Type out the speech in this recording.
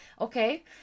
Okay